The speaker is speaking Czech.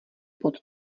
pod